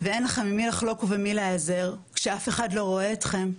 ואין לכם עם מי לחלוק ומי להיעזר כשאף אחד לא רואה אתכם,